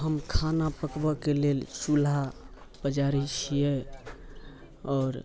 हम खाना पकबयके लेल चूल्हा पजारैत छियै आओर